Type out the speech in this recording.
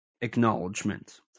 acknowledgement